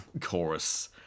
chorus